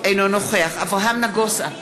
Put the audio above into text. אינו נוכח אברהם נגוסה,